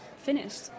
Finished